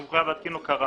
הוא חייב להתקין לו כארם,